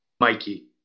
Mikey